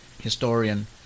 historian